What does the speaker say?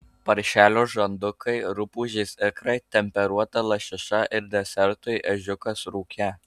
paršelio žandukai rupūžės ikrai temperuota lašiša ir desertui ežiukas rūke